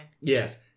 yes